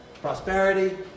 prosperity